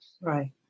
Right